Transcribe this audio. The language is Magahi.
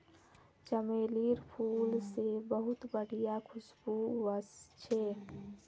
चमेलीर फूल से बहुत बढ़िया खुशबू वशछे